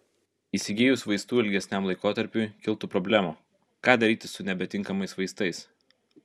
įsigijus vaistų ilgesniam laikotarpiui kiltų problemų ką daryti su nebetinkamais vaistais